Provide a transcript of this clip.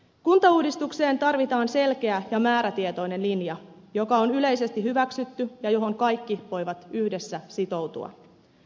kuntauudistukseen tarvitaan selkeä ja määrätietoinen linja joka on yleisesti hyväksytty ja johon kaikki voivat yhdessä sitoutua